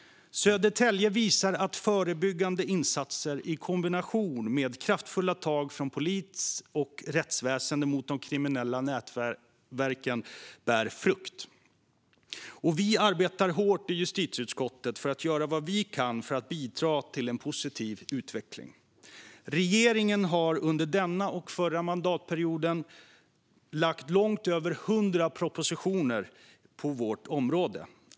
Södertälje visar att förebyggande insatser i kombination med kraftfulla tag från polis och rättsväsen mot de kriminella nätverken bär frukt. Vi arbetar hårt i justitieutskottet för att göra vad vi kan för att bidra till en positiv utveckling. Regeringen har under denna och förra mandatperioden lagt fram långt över 100 propositioner på vårt område.